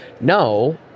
no